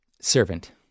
Servant